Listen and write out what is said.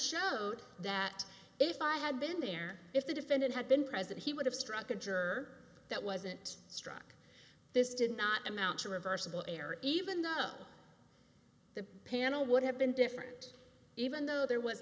showed that if i had been there if the defendant had been present he would have struck a juror that wasn't struck this did not amount to a reversible error even though the panel would have been different even though there w